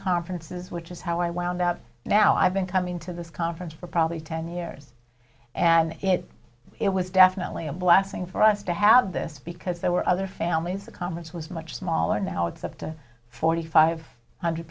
conferences which is how i wound up now i've been coming to this conference for probably ten years and it it was definitely a blessing for us to have this because there were other families the conference was much smaller now it's up to forty five hundred